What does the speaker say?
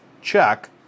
check